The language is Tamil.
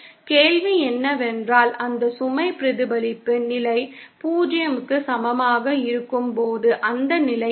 கேள்வி என்னவென்றால்அந்த சுமை பிரதிபலிப்பு நிலை 0 க்கு சமமாக இருக்கும் போது அந்த நிலை என்ன